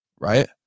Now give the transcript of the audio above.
Right